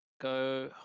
Go